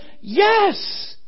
Yes